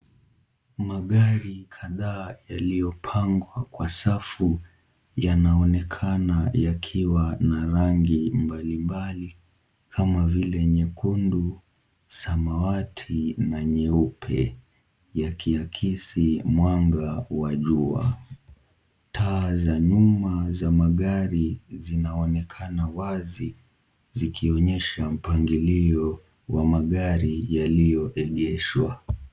Magari kadhaa yaliyopangwa kwa safu yanaonekana yakiwa na rangi mbalimbali kama vile nyekundu, samawati na nyeupe, yakiyakisi mwanga wa jua. Taa za nyuma za magari zinaonekana wazi, zikionyesha mpangilio wa magari yaliyoegeshwa.